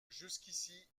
jusqu’ici